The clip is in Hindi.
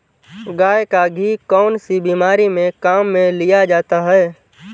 गाय का घी कौनसी बीमारी में काम में लिया जाता है?